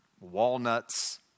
walnuts